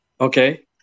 Okay